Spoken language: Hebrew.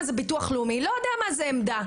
זה ביטוח לאומי ולא יודע מה זה עמדא,